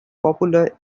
popular